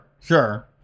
Sure